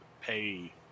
pay